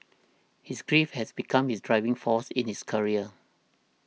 his grief has become his driving force in his career